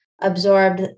absorbed